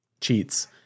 cheats